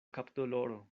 kapdoloro